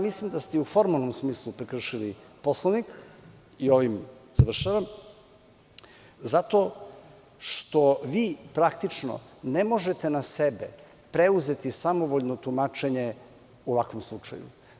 Mislim da ste i u formalnom smislu prekršili Poslovnik i ovim završavam, zato što vi praktično ne možete na sebe preuzeti samovoljno tumačenje u ovakvom slučaju.